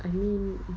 mmhmm